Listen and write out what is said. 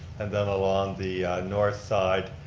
and then along the north side.